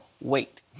wait